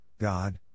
God